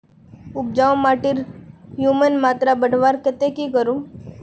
उपजाऊ माटिर ह्यूमस मात्रा बढ़वार केते की करूम?